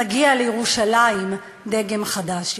מגיע לירושלים דגם חדש יותר.